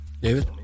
David